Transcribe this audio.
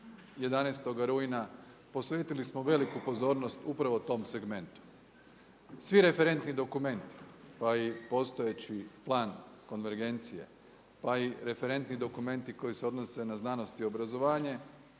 11 rujna posvetili smo veliku pozornost upravo tom segmentu. Svi referentni dokumenti pa i postojeći plan konvergencije, pa i referentni dokumenti koji se odnose na znanost i obrazovanje